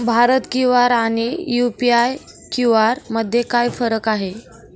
Bharat QR आणि UPI QR मध्ये काय फरक आहे?